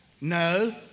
No